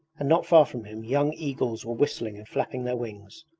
and not far from him young eagles were whistling and flapping their wings.